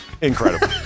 Incredible